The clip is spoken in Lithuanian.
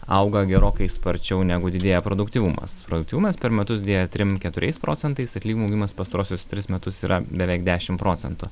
auga gerokai sparčiau negu didėja produktyvumas produktyvumas per metus didėja trim keturiais procentais atlymų augimas pastaruosius tris metus yra beveik dešim procentų